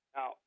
Now